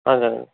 हजुर